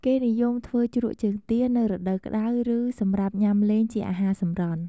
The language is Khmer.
គេនិយមធ្វើជ្រក់ជើងទានៅរដូវក្តៅ ឬសម្រាប់ញ៉ាំលេងជាអាហារសម្រន់។